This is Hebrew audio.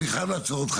אבל אני חייב לעצור אותך.